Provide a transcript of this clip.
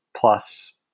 plus